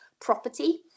property